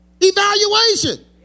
Evaluation